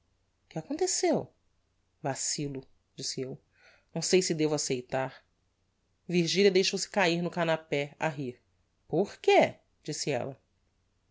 que aconteceu vacillo disse eu não sei se devo aceitar virgilia deixou-se cair no canapé a rir porque disse ella